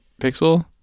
pixel